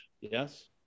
yes